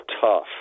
tough